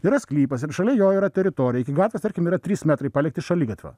yra sklypas ir šalia jo yra teritorija iki gatvės tarkim yra trys metrai palikti šaligatvio